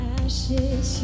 ashes